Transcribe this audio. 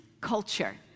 culture